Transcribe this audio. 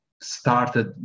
started